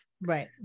Right